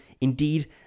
indeed